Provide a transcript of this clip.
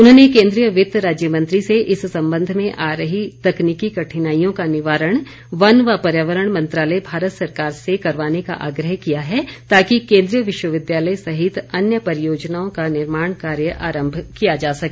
उन्होंने केंद्रीय वित्त राज्य मंत्री से इस संबंध में आ रही तकनीकि कठिनाईयों का निवारण वन व पर्यावरण मंत्रालय भारत सरकार से करवाने का आग्रह किया है ताकि केंद्रीय विश्वविद्यालय सहित अन्य परियोजनाओं का निर्माण कार्य आरंभ किया जा सके